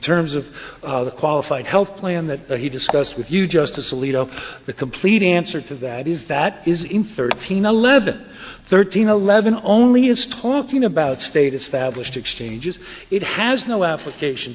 terms of the qualified health plan that he discussed with you justice alito the complete answer to that is that is in thirteen eleven thirteen eleven only is talking about state established exchanges it has no application